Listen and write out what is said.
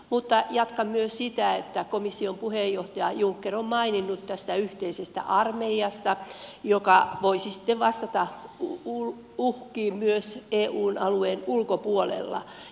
mutta jatkan myös sitä että komission puheenjohtaja juncker on maininnut tästä yhteisestä armeijasta joka voisi sitten vastata uhkiin myös eun alueen ulkopuolella